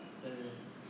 eh